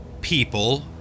people